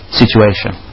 situation